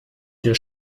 der